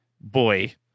boy